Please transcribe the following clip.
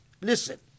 Listen